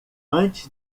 antes